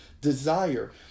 desire